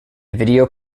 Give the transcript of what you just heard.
video